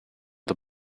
the